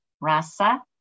Rasa